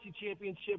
Championship